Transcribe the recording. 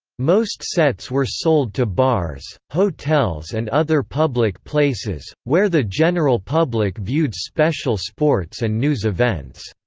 most sets were sold to bars, hotels and other public places, where the general public viewed special sports and news events.